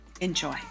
Enjoy